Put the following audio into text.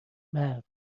مرد